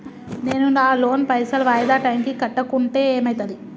నేను నా లోన్ పైసల్ వాయిదా టైం కి కట్టకుంటే ఏమైతది?